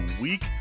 week